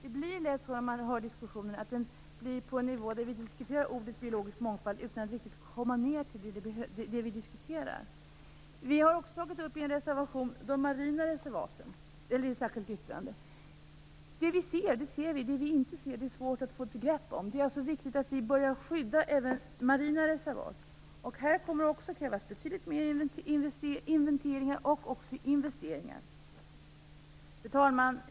Det blir lätt så att vi diskuterar begreppet biologisk mångfald utan att riktigt komma ned till det vi diskuterar. Det vi ser, det ser vi, och det vi inte ser är det svårt att få grepp om. Det är alltså viktigt att vi börjar skydda även marina reservat. Här kommer det också att krävas betydligt mer inventeringar och också investeringar. Fru talman!